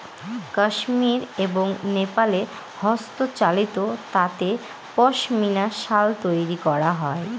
কাশ্মির এবং নেপালে হস্তচালিত তাঁতে পশমিনা শাল তৈরী করা হয়